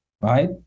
right